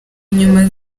inyuma